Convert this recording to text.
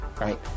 right